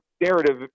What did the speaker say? narrative